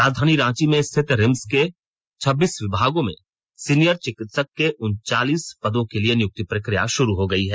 राजधानी रांची में स्थित रिम्स के छब्बीस विभागों में सीनियर चिकित्सक के उनचालीस पदों के लिए नियुक्ति प्रक्रिया शुरू हो गई है